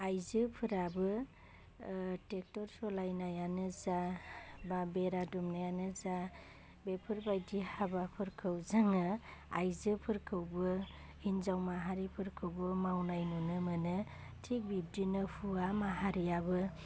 आइजोफोराबो टेक्टर सलाइनायानो जा बा बेरा दुमन्नायानो जा बेफोरबायदि हाबाफोरखौ जोङो आइजोफोरखौबो हिन्जाव माहारिफोरखौबो मावनाय नुनो मोनो थिग बिब्दिनो हुवा माहारियाबो